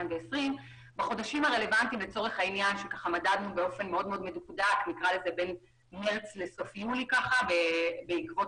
בחודשים הרלוונטיים בהם מדדנו באופן מדוקדק בין מרץ לסוף יולי בעקבות